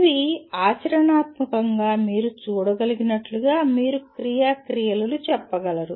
ఇవి ఆచరణాత్మకంగా మీరు చూడగలిగినట్లుగా మీరు క్రియ క్రియలు చెప్పగలరు